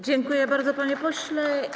Dziękuję bardzo, panie pośle.